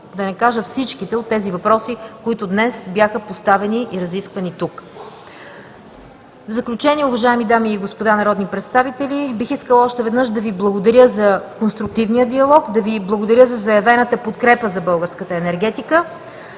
да не кажа всичките въпроси, които днес бяха поставени и разисквани тук. Уважаеми дами и господа народни представители, в заключение бих искала още веднъж да Ви благодаря за конструктивния диалог, да Ви благодаря за заявената подкрепа за българската енергетика